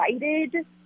excited